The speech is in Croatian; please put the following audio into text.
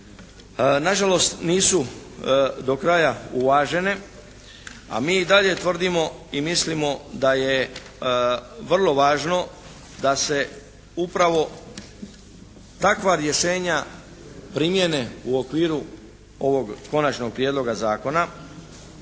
nažalost nisu do kraja uvažene a mi i dalje tvrdimo i mislimo da je vrlo važno da se upravo takva rješenja primijene u okviru ovog konačnog prijedloga zakona.